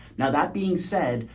now that being said,